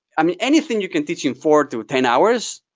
i mean anything you can teach in four to ten hours,